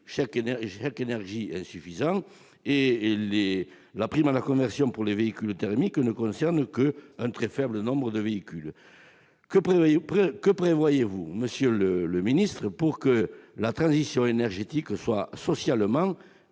chèque énergie est insuffisant, et la prime à la conversion pour les véhicules thermiques ne concerne qu'un très faible nombre de véhicules. Que prévoyez-vous pour que la transition énergétique soit socialement